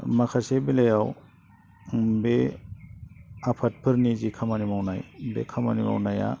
माखासे बेलायाव बे आफादफोरनि जे खामानि मावनाय बे खामानि मावनाया